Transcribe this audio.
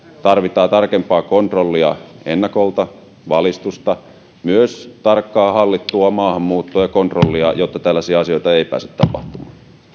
tarvitaan tarkempaa kontrollia ennakolta valistusta myös tarkkaan hallittua maahanmuuttoa ja kontrollia jotta tällaisia asioita ei pääse tapahtumaan